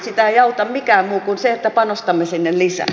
sitä ei auta mikään muu kuin se että panostamme sinne lisää